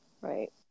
Right